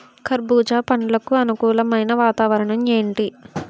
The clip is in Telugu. కర్బుజ పండ్లకు అనుకూలమైన వాతావరణం ఏంటి?